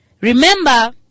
Remember